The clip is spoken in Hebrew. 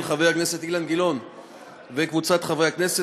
של חבר הכנסת אילן גילאון וקבוצת חברי הכנסת,